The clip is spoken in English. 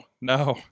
no